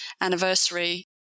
anniversary